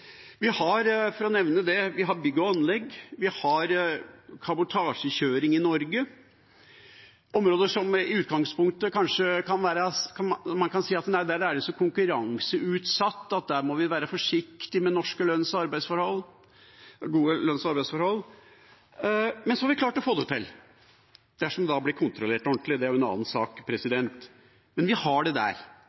Vi har bygg og anlegg, vi har kabotasjekjøring i Norge – områder som man i utgangspunktet kanskje kan si er så mye konkurranseutsatt at der må vi være forsiktige med norske, gode lønns- og arbeidsforhold. Men så har vi klart å få det til – dersom det da blir kontrollert ordentlig, det er jo en annen sak. Men vi har det der,